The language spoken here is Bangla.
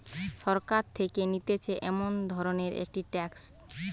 সরকার থেকে নিতেছে এমন ধরণের একটি ট্যাক্স